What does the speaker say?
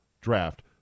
draft